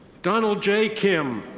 donald j. kim.